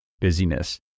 busyness